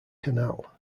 canal